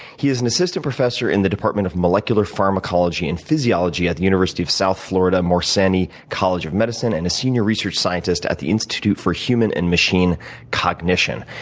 he is an assistant professor in the department of molecular pharmacology and physiology at the university of south florida morsani college of medicine and a senior research scientist at the institute for human and machine cognition.